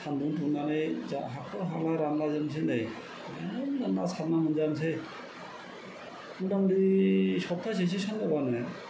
सानदुं दुंनानै जा हाखर हाला रानला जोबनोसै नै मेरला ना सारनांगौ मोनजानोसै मथा मथि सफ्थासेसो सानदावबानो